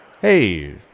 Hey